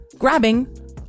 Grabbing